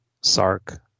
Sark